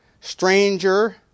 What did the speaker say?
stranger